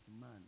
man